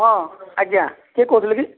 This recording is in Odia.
ହଁ ଆଜ୍ଞା କିଏ କହୁଥିଲେ କି